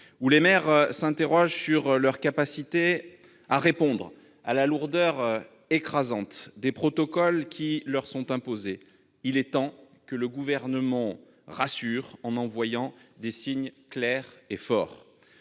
où les maires s'interrogent sur leur capacité à répondre à la lourdeur écrasante des protocoles qui leur sont imposés, il est temps que le Gouvernement rassure en envoyant des signes clairs et forts.